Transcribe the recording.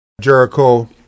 Jericho